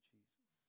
Jesus